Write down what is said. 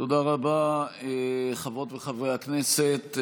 תודה רבה, חברות וחברי הכנסת.